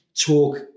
talk